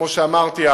כמו שאמרתי,